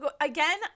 again